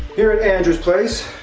here at andrew's place,